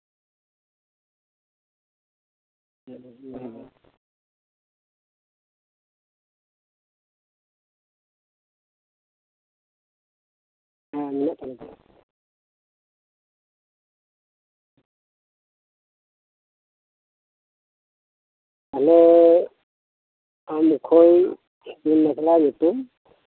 ᱟᱫᱚ ᱟᱢ ᱠᱷᱚᱱ ᱩᱱᱤ ᱪᱮᱫ ᱛᱟᱭ ᱧᱩᱛᱩᱢ